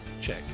check